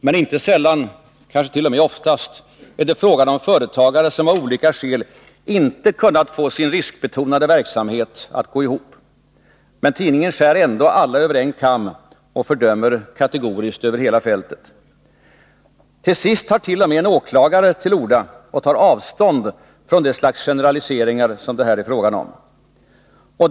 Men inte sällan, kanske t.o.m. oftast, är det fråga om företagare som av olika skäl inte kunnat få sin riskbetonade verksamhet att gå ihop. Men tidningen skär ändå alla över en kam och fördömer kategoriskt över hela fältet. Till sist tar t.o.m. en åklagare till orda för att ta avstånd från det slags generaliseringar som det här är fråga om.